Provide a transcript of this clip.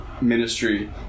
ministry